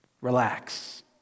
Relax